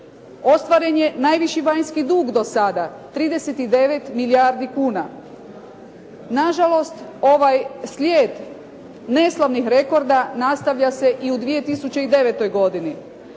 ostvaren je najviši vanjski dug do sada 39 milijardi kuna. Nažalost ovaj slijed neslavnih rekorda nastavlja se i u 2009. godini.